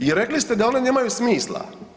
I rekli ste da oni nemaju smisla.